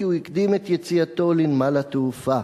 כי הוא הקדים את יציאתו לנמל התעופה.